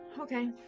Okay